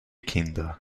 kinder